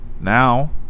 Now